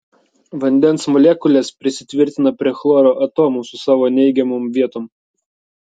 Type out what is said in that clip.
vandens molekulės prisitvirtina prie chloro atomų su savo neigiamom vietom